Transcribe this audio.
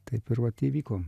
taip ir vat įvyko